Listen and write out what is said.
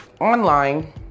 Online